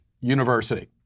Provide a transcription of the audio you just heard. University